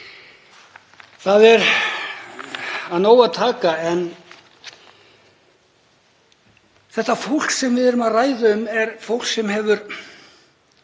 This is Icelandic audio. Það er af nógu að taka en það fólk sem við erum að ræða um er fólk sem getur